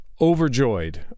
overjoyed